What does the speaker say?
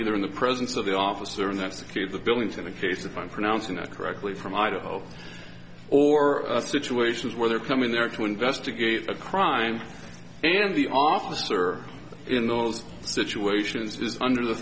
either in the presence of the officer in that case the buildings in the case if i'm pronouncing that correctly from idaho or situations where they're coming there to investigate a crime and the officer in those situations is under the